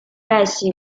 pesci